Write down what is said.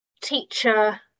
teacher